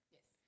Yes